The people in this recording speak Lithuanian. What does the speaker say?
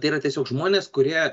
tai yra tiesiog žmonės kurie